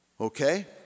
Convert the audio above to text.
okay